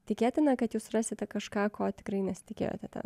tikėtina kad jūs rasite kažką ko tikrai nesitikėjote ten